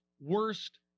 worst